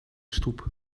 stoep